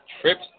Trips